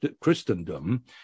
Christendom